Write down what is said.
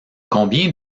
combien